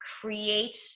create